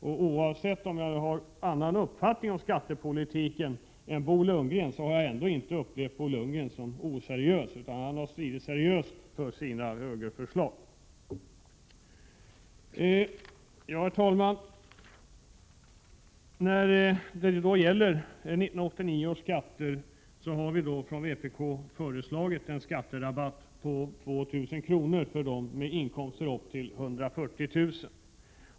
Och även om jag har en annan uppfattning om skattepolitiken än Bo Lundgren, har jag ändå inte upplevt Bo Lundgren som oseriös, utan han har stridit seriöst för sina högerförslag. Herr talman! När det gäller 1989 års skatter har vi från vpk föreslagit en skatterabatt på 2 000 kr. för människor med inkomster upp till 140 000 kr.